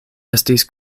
estis